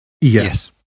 Yes